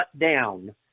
down